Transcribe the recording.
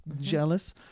Jealous